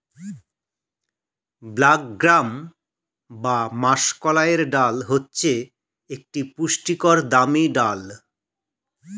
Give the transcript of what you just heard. black gram বা মাষকলাইয়ের ডাল হচ্ছে একটি পুষ্টিকর দামি ডাল